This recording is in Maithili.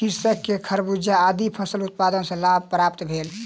कृषक के खरबूजा आदि फलक उत्पादन सॅ लाभ प्राप्त भेल